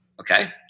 okay